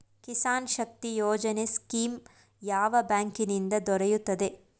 Kisan Shakti Yojana scheme ಯಾವ ಬ್ಯಾಂಕಿನಿಂದ ದೊರೆಯುತ್ತದೆ?